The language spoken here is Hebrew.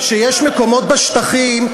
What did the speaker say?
מצור, אתה יודע שיש מקומות בשטחים,